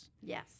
Yes